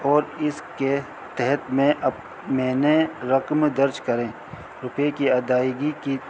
اور اس کے تحت میں اب میں نے رقم درج کریں روپے کی ادائیگی کی